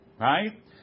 right